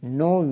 no